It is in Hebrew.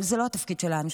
אבל זה לא התפקיד שלנו,